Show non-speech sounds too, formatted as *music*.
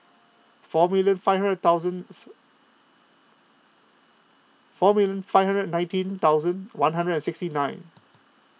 four million five hundred thousand *noise* four million five hundred nineteen thousand one hundred and sixty nine